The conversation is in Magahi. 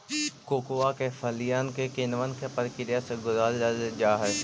कोकोआ के फलियन के किण्वन के प्रक्रिया से गुजारल जा हई